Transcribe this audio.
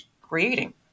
creating